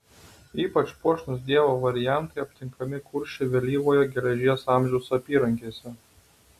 ypač puošnūs dievo variantai aptinkami kuršių vėlyvojo geležies amžiaus apyrankėse